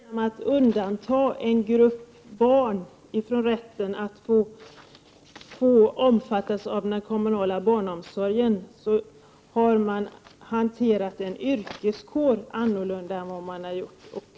Herr talman! Bara genom att undanta en grupp barn från rätten att få omfattas av den kommunala barnomsorgen har man hanterat en yrkeskår annorlunda än vad man har gjort tidigare.